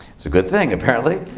it's a good thing, apparently.